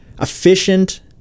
efficient